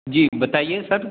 जी बताइए सर